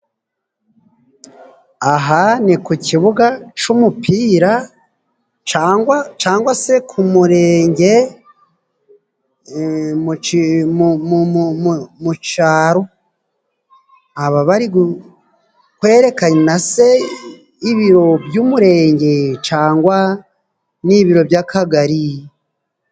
Aha ni ku kibuga c'umupira cangwa cangwa se k'umurenge mu caro baba bari kwerekana se ibiro by'umurenge cangwa ni ibiro by'akagari?